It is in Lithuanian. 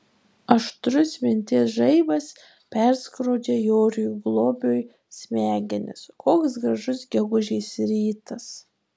aštrus minties žaibas perskrodžia joriui globiui smegenis koks gražus gegužės rytas